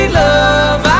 love